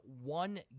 one